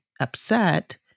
upset